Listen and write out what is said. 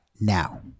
now